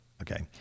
okay